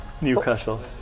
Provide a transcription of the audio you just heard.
Newcastle